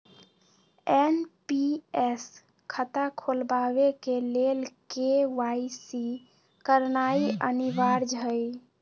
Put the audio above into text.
NPS खता खोलबाबे के लेल के.वाई.सी करनाइ अनिवार्ज हइ